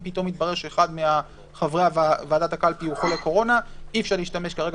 אם פתאום מתברר שאחד מחברי ועדת הקלפי חולה קורונה ואי אפשר להשתמש כרגע